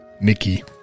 Nikki